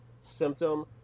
symptom